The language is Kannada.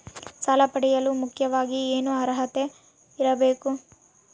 ಸಾಲ ಪಡೆಯಲು ಮುಖ್ಯವಾಗಿ ಏನು ಅರ್ಹತೆ ಇರಬೇಕು?